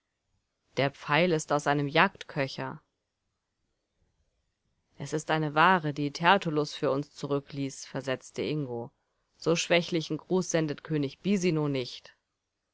der pfeil ist aus einem jagdköcher es ist eine ware die tertullus für uns zurückließ versetzte ingo so schwächlichen gruß sendet könig bisino nicht